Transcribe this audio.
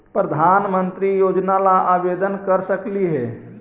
प्रधानमंत्री योजना ला आवेदन कर सकली हे?